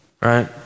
Right